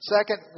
Second